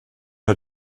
hat